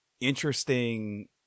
interesting